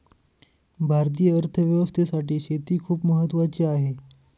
भारतीय अर्थव्यवस्थेसाठी शेती खूप महत्त्वाची आहे